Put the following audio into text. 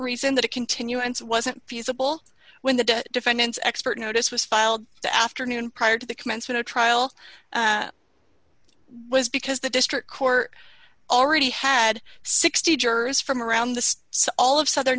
reason that a continuance wasn't feasible when the defendant's expert notice was filed the afternoon prior to the commencement of trial was because the district court already had sixty jurors from around the saw all of southern